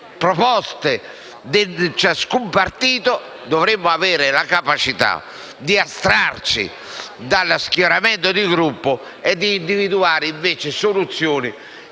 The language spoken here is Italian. proposte di ciascun partito, si deve avere la capacità di astrarsi dallo schieramento di Gruppo e individuare piuttosto soluzioni